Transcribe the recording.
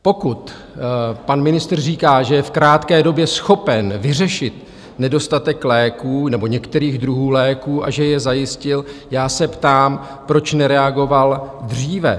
Pokud pan ministr říká, že je v krátké době schopen vyřešit nedostatek některých druhů léků a že je zajistil, já se ptám, proč nereagoval dříve?